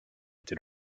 été